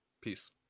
Peace